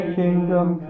kingdom